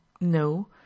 No